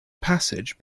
passage